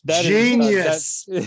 genius